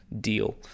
deal